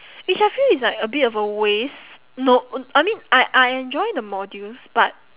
which I feel it's like a bit of a waste no uh I mean I I enjoy the modules but